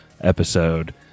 episode